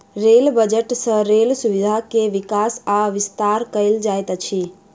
rail budget सँ rail सुविधा के विकास आ विस्तार कयल जाइत अछि